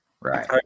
Right